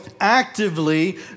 actively